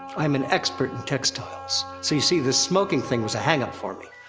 i am an expert in textiles. so you see this smoking thing was a hangup for me.